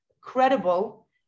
credible